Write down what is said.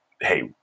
hey